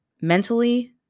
mentally